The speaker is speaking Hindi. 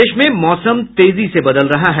प्रदेश में मौसम तेजी से बदल रहा है